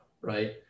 right